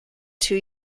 two